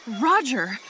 Roger